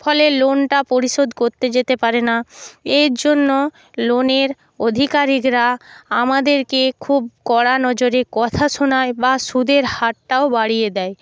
ফলে লোনটা পরিশোধ করতে যেতে পারে না এর জন্য লোনের আধিকারিকরা আমাদেরকে খুব কড়া নজরে কথা শোনায় বা সুদের হারটাও বাড়িয়ে দেয়